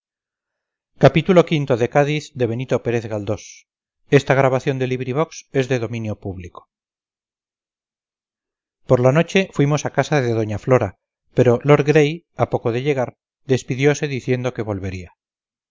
arribaabajo v por la noche fuimos a casa de doña flora pero lord gray a poco de llegar despidiose diciendo que volvería